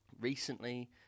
recently